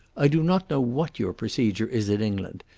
i do not know what your procedure is in england.